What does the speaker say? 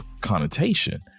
connotation